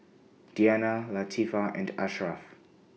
Diyana Latifa and Ashraf